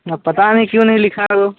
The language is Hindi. अब पता नहीं क्यों नहीं लिखा है वो